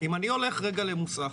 אם אני הולך רגע למוסך.